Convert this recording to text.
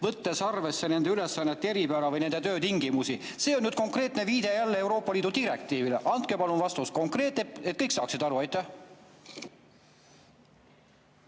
võttes arvesse nende ülesannete eripära või nende töötingimusi. See on nüüd konkreetne viide jälle Euroopa Liidu direktiivile. Andke palun konkreetne vastus, et kõik saaksid aru. Ma